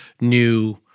new